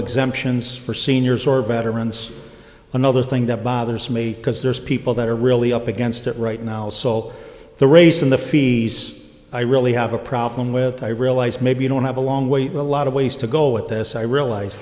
exemptions for seniors or veterans another thing that bothers me because there's people that are really up against it right now so the raise from the fees i really have a problem with i realize maybe i don't have a long way to a lot of ways to go with this i realize